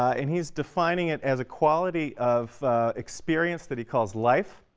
and he's defining it as a quality of experience that he calls life,